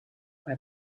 bei